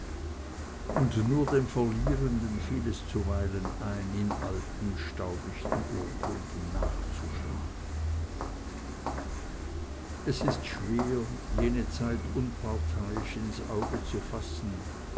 und nur dem verlierenden fiel es zuweilen ein in alten staubichten urkunden nachzuschlagen es ist schwer jene zeit unparteiisch ins auge zu fassen